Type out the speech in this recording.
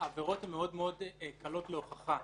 העבירות הן מאוד קלות להוכחה.